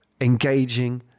engaging